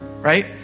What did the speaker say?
right